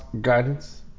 Guidance